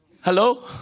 Hello